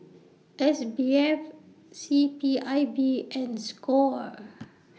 S B F C P I B and SCORE